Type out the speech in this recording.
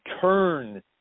turn